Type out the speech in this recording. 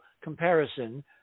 comparison